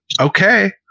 okay